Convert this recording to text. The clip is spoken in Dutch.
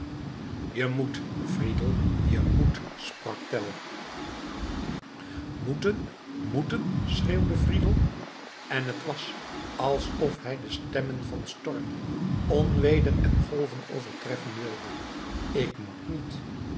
je moet friedel je moet sprak tell moeten moeten schreeuwde friedel en het was alsof hij de stemmen van storm onweder en golven overtreffen wilde ik moet niet